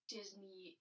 Disney